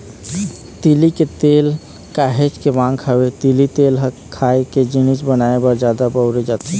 तिली के तेल के काहेच के मांग हवय, तिली तेल ह खाए के जिनिस बनाए बर जादा बउरे जाथे